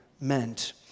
meant